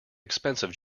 expensive